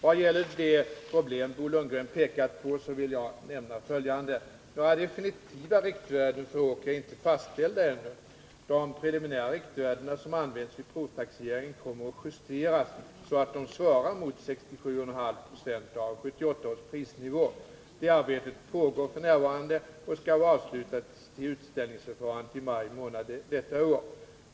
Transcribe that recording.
Vad gäller det problem Bo Lundgren pekat på vill jag nämna följande. Några definitiva riktvärden för åker är inte fastställda ännu. De preliminära riktvärden som används vid provtaxeringen kommer att justeras så att de svarar mot 67,5 Ze av 1978 års prisnivå. Detta arbete pågår f. n. och skall vara avslutat till utställningsförfarandet i maj månad detta år.